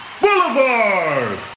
Boulevard